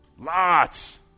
Lots